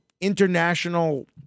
international